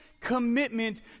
commitment